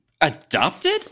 adopted